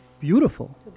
beautiful